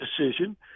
decision